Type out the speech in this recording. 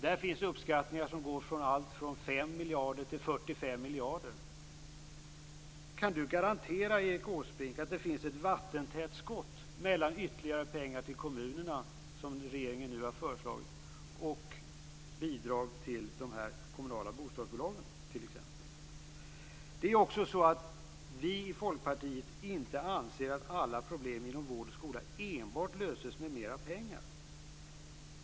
Det finns uppskattningar som går från allt mellan 5 och 45 Kan Erik Åsbrink garantera att det finns ett vattentätt skott mellan ytterligare pengar till kommunerna, som regeringen nu har föreslagit, och bidrag till de kommunala bostadsbolagen t.ex.? Vi i Folkpartiet anser inte att alla problem inom vård och skola enbart löses med mer pengar.